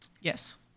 yes